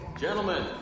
gentlemen